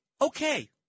Okay